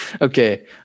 Okay